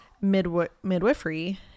midwifery